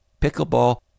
Pickleball